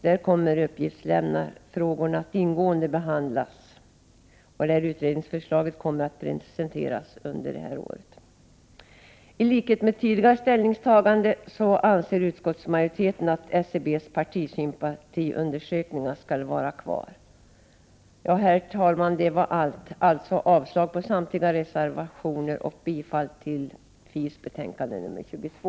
Där kommer uppgiftslämnarfrågorna att ingående behandlas, och utredningsförslaget kommer att presenteras under det här året. Liksom vid tidigare ställningstagande till frågan anser utskottsmajoriteten att SCB:s partisympatiundersökningar skall vara kvar. Herr talman! Det var allt. Alltså avslag på samtliga reservationer och bifall till utskottets hemställan i betänkandet FiU22!